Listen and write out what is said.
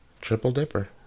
Triple-dipper